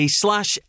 slash